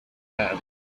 man